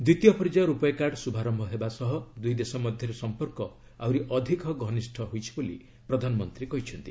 ଦ୍ୱିତୀୟ ପର୍ଯ୍ୟାୟ ରୂପୟେ କାର୍ଡ଼ ଶୁଭାରମ୍ଭ ହେବା ସହ ଦୁଇ ଦେଶ ମଧ୍ୟରେ ସମ୍ପର୍କ ଆହୁରି ଅଧିକ ଘନିଷ୍ଠ ହୋଇଛି ବୋଲି ପ୍ରଧାନମନ୍ତ୍ରୀ କହିଛନ୍ତି